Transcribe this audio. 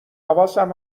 حواسم